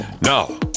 Now